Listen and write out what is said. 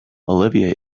olivia